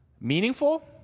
meaningful